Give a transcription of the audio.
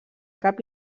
cap